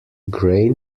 grain